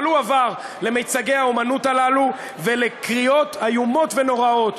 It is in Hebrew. אבל הוא עבר למיצגי האמנות הללו ולקריאות איומות ונוראות,